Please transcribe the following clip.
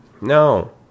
No